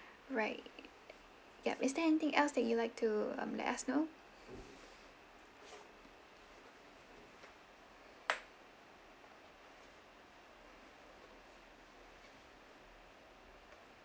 right yup is there anything else that you'd like to um let us know